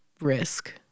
Risk